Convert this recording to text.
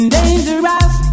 Dangerous